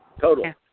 total